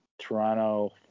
toronto